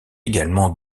également